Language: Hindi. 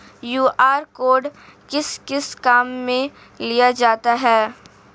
क्यू.आर कोड किस किस काम में लिया जाता है?